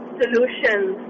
solutions